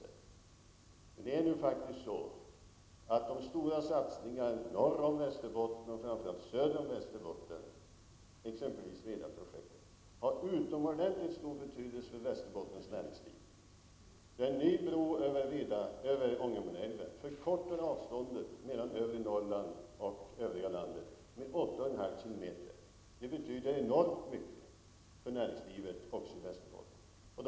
Men det är faktiskt så att de stora satsningarna norr om Västerbotten och framför allt söder om Västerbotten har utomordentligt stor betydelse för Västerbottens näringsliv. En ny bro över Ångermanälven förkortade avståndet mellan övre Norrland och det övriga landet med 8,5 km. Det betyder enormt mycket för näringslivet också i Västerbotten.